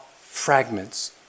fragments